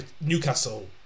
Newcastle